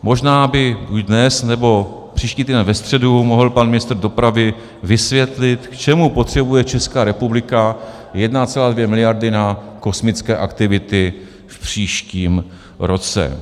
Možná by buď dnes, nebo příští týden ve středu mohl pan ministr dopravy vysvětlit, k čemu potřebuje Česká republika 1,2 mld. na kosmické aktivity v příštím roce.